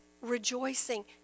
rejoicing